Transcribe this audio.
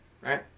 right